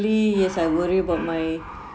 yes I worry about my